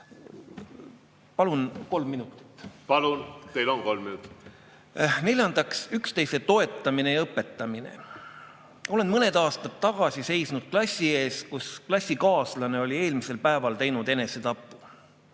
on kolm minutit. Palun! Teil on kolm minutit. Neljandaks, üksteise toetamine ja õpetamine. Olen mõned aastad tagasi seisnud klassi ees, kus klassikaaslane oli eelmisel päeval teinud enesetapu.